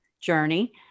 journey